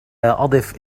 أضف